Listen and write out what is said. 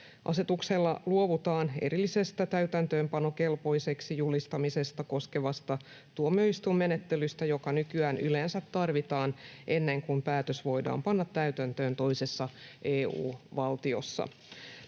Asetuksella luovutaan erillisestä täytäntöönpanokelpoiseksi julistamista koskevasta tuomioistuinmenettelystä, joka nykyään yleensä tarvitaan ennen kuin päätös voidaan panna täytäntöön toisessa EU-valtiossa.